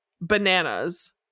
bananas